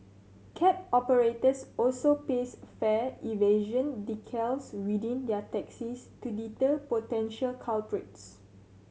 cab operators also paste fare evasion decals within their taxis to deter potential culprits